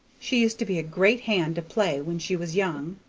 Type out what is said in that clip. she used to be a great hand to play when she was young.